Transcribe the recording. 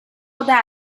that